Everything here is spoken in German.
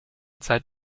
zeit